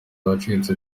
wacitse